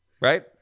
right